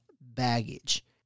baggage